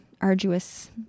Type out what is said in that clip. arduous